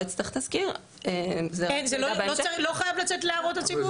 יצטרך תזכיר --- זה לא חייב לצאת להערות הציבור?